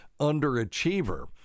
underachiever